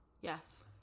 Yes